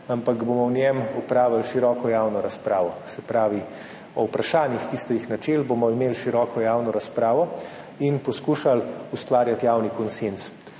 ampak bomo o njem opravili široko javno razpravo. Se pravi, o vprašanjih, ki ste jih načeli, bomo imeli široko javno razpravo in poskušali ustvarjati javni konsenz,